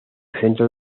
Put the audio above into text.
centro